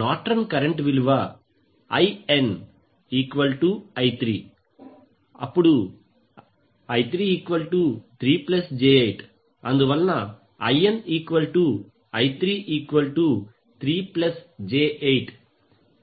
Norton current విలువ INI33j8